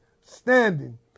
standing